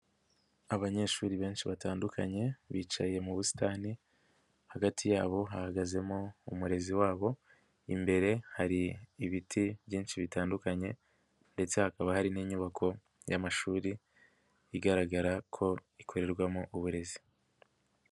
Abanyeshuri benshi batandukanye, bicaye mu busitani, hagati yabo hahagazemo umurezi wabo, imbere hari ibiti byinshi bitandukanye ndetse hakaba hari n'inyubako y'amashuri, igaragara ko ikorerwamo uburezi.